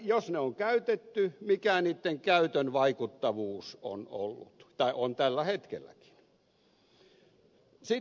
jos ne on käytetty mikä niitten käytön vaikuttavuus on ollut tai on tällä hetkelläkin